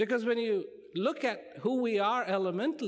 because when you look at who we are elemental